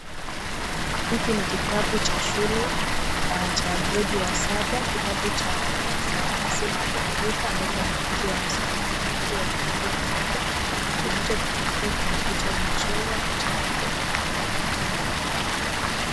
Hiki ni kitabu cha shule cha gredi ya saba, kitabu cha sayansi na kompyuta ambacho wanafunzi wanasomea wanafunzi wa gredi ya saba, kwenye hicho kitabu kuna picha imechorwa , picha tofauti tofauti zinaonekana.